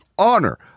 honor